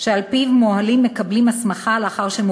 שעל-פיו מוהלים מקבלים הסמכה לאחר שהם